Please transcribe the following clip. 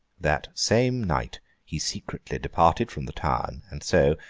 that same night he secretly departed from the town and so,